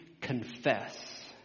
confess